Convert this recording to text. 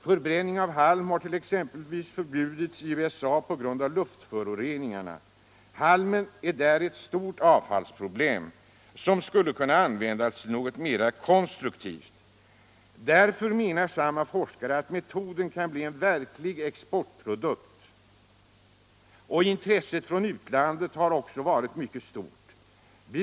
Förbränning av halm har t ex förbjudits i USA p g a luftföroreningarna. Halmen är där ett stort avfallsproblem, som skulle kunna användas till något mer konstruktivt.” Därför menar samme forskare att metoden kan bli en viktig exportprodukt. Intresset från utlandet har också varit mycket stort.